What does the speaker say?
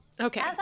Okay